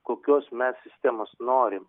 kokios mes sistemos norim